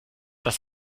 das